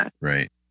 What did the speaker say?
Right